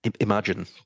Imagine